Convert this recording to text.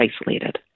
isolated